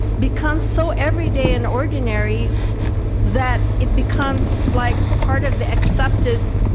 becomes so every day and ordinary that it becomes like part of the accepted